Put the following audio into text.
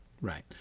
Right